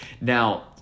Now